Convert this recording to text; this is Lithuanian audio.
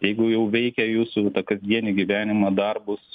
jeigu jau veikia jūsų kasdienį gyvenimą darbus